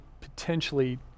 potentially